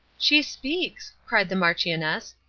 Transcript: she speaks! cried the marchioness.